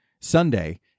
Sunday